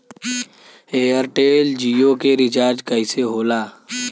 Airtel Jio के recharge कैसे होला?